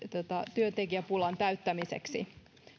työntekijäpulan täyttämiseksi